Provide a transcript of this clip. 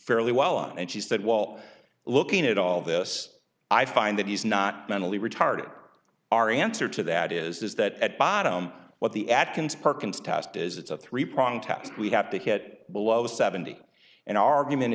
fairly well and she said well looking at all this i find that he's not mentally retarded our answer to that is is that at bottom what the atkins perkins test is it's a three prong test we have to hit below seventy and argument